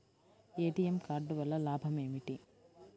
ATM card వల్ల లాభం ఏమిటి?